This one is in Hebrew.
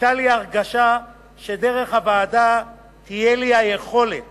היתה לי הרגשה שדרך הוועדה תהיה לי היכולת